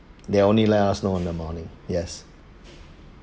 they only let us know in the morning yes